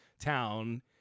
town